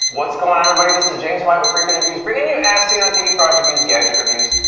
what's going on everybody? this is james white with freakin' reviews, bringing you as seen on tv product reviews, gadget reviews,